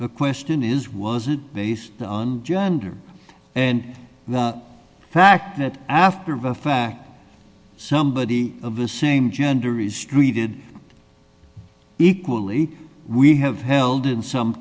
the question is was it based on gender and the fact that after of a fact somebody of the same gender is treated equally we have held in some